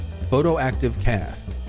photoactivecast